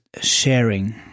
sharing